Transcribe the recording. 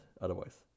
otherwise